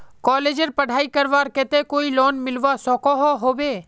कॉलेजेर पढ़ाई करवार केते कोई लोन मिलवा सकोहो होबे?